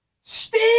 Steve